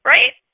Right